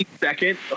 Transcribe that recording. Second